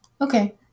Okay